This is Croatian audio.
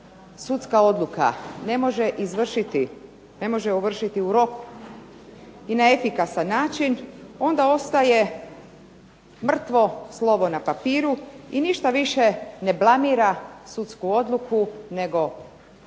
izvršiti, ne može ovršiti u roku i na efikasan način onda ostaje mrtvo slovo na papiru i ništa više ne planira sudsku odluku nego